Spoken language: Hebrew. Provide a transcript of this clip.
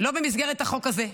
לא במסגרת החוק הזה,